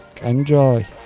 Enjoy